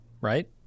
right